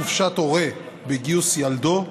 חופשת הורה בגיוס ילדו),